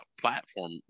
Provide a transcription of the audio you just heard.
platform